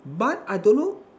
but I don't know